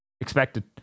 Expected